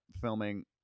filming